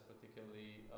particularly